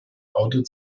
audit